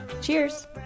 Cheers